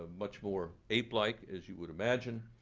much more ape-like as you would imagine.